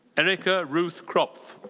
erika ruth kropf.